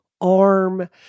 ARM